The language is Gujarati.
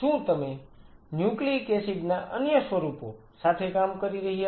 શું તમે ન્યુક્લિઈક એસિડ ના અન્ય સ્વરૂપો સાથે કામ કરી રહ્યા છો